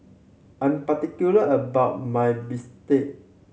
I'm particular about my bistake